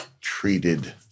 treated